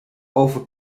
over